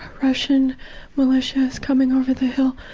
russian militia's coming over the hill.